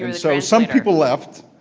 and so some people left,